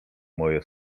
moje